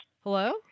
Hello